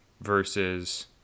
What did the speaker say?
versus